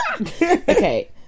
Okay